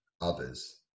others